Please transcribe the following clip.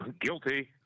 Guilty